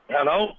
Hello